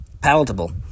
palatable